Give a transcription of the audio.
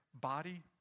body